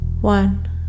One